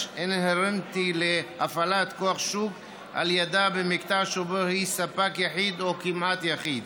אינהרנטי להפעלת כוח שוק על ידה במקטע שבו היא ספק יחיד או כמעט יחיד,